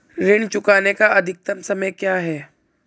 ऋण चुकाने का अधिकतम समय क्या है?